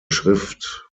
schrift